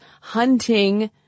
hunting